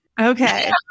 Okay